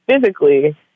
physically